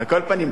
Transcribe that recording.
על כל פנים,